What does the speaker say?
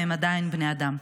והם עדיין בני אדם.